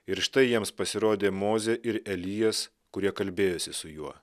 ir štai jiems pasirodė mozė ir elijas kurie kalbėjosi su juo